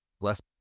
less